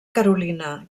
carolina